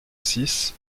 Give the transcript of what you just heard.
six